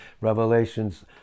Revelations